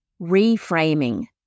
reframing